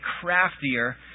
craftier